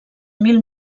mil